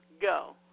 go